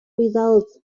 results